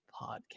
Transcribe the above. podcast